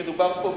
שמדובר פה בחידוש.